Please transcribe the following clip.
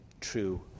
true